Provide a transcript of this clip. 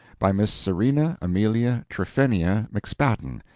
by miss serena amelia tryphenia mcspadden,